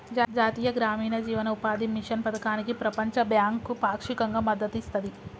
జాతీయ గ్రామీణ జీవనోపాధి మిషన్ పథకానికి ప్రపంచ బ్యాంకు పాక్షికంగా మద్దతు ఇస్తది